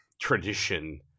tradition